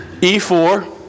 E4